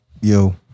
Yo